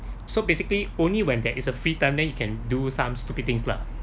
so basically only when there is a free time then you can do some stupid things lah